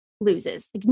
loses